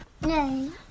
No